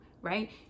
right